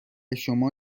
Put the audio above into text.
شما